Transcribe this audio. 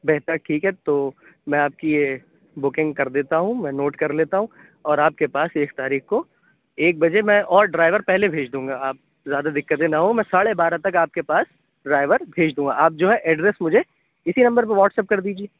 بہتر ٹھیک ہے تو میں آپ کی یہ بکنگ کر دیتا ہوں میں نوٹ کر لیتا ہوں اور آپ کے پاس ایک تاریخ کو ایک بجے میں اور ڈرائیور پہلے بھیج دوں گا آپ زیادہ دقتیں نہ ہوں میں ساڑھے بارہ تک آپ کے پاس ڈرائیور بھیج دوں گا آپ جو ہے ایڈریس مجھے اِسی نمبر پہ واٹس اپ کر دیجیے